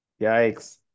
Yikes